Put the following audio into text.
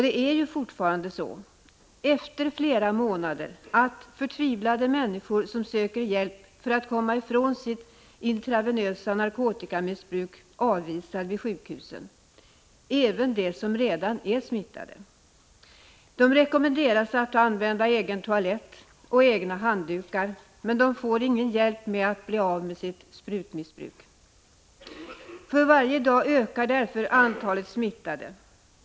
Det är ju fortfarande så, efter flera månader, att förtvivlade människor som söker hjälp för att komma ifrån sitt narkotikamissbruk avvisas vid sjukhusen, även de som redan är smittade. De rekommenderas att använda egen toalett och egna handdukar, men de får ingen hjälp med att bli av med sitt narkotikaberoende. För varje dag ökar därför antalet smittade.